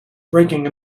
breaking